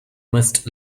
must